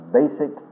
basic